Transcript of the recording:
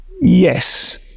Yes